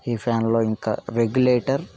ఈ ఫ్యాన్లో ఇంకా రెగ్యులేటర్